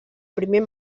primer